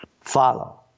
follow